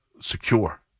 secure